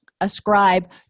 ascribe